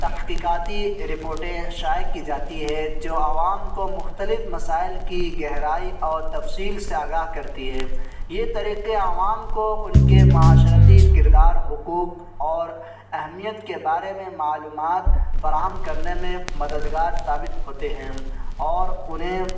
تحقیقاتی رپورٹیں شائع کی جاتی ہیں جو عوام کو مختلف مسائل کی گہرائی اور تفصیل سے آگاہ کرتی ہے یہ طریقے عوام کو ان کے معاشرتی کردار حقوق اور اہمیت کے بارے میں معلومات فراہم کرنے میں مددگار ثابت ہوتے ہیں اور انہیں